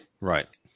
Right